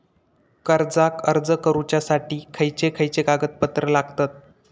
कर्जाक अर्ज करुच्यासाठी खयचे खयचे कागदपत्र लागतत